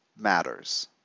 matters